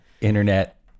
internet